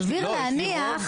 סביר להניח.